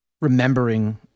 remembering